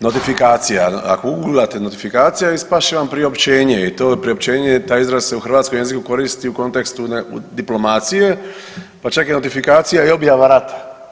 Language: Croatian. notifikacija ako uguglate notifikaciju ispast će vam priopćenje i to priopćenje taj izraz se u hrvatskom jeziku koristi u kontekstu diplomacije pa čak je i notifikacija i objava rata.